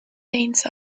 tenths